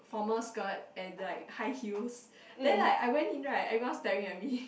formal skirt and like high heels then like I went in right everyone staring at me